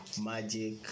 magic